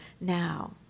now